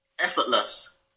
effortless